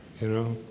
you know,